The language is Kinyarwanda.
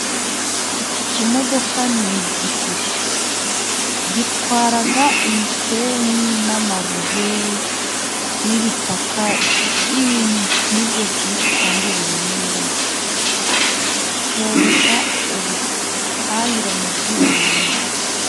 Iki kimodoka ni igifuso. Gitwara imisenyi n'amabuye n'ibitaka. Ibintu nk'ibyo byinshi kandi biremereye. Cyoroshya ubuhahirane bw'ibintu.